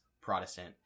Protestant